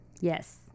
Yes